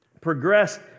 progressed